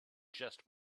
just